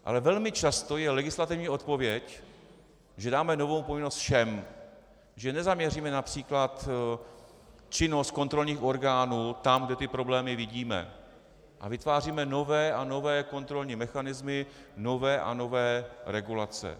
Ale velmi často je legislativní odpověď, že dáme novou povinnost všem, že nezaměříme například činnost kontrolních orgánů tam, kde ty problémy vidíme, a vytváříme nové a nové kontrolní mechanismy, nové a nové regulace.